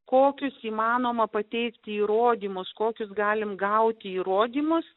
kokius įmanoma pateikti įrodymus kokius galime gauti įrodymus